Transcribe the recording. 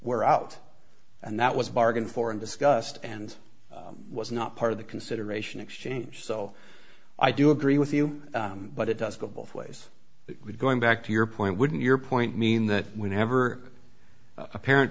where out and that was bargained for and discussed and was not part of the consideration exchange so i do agree with you but it does go both ways going back to your point wouldn't your point mean that whenever a parent